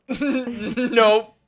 nope